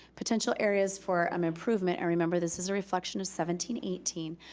potential areas for um improvement, and remember, this is a reflection of seventeen eighteen,